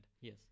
Yes